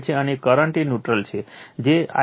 અને કરંટ એ ન્યુટ્રલ છે જે In છે